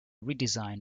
redesign